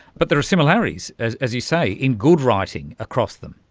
but there are similarities, as as you say, in good writing across them.